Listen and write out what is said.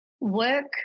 work